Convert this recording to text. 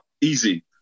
easy